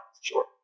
sure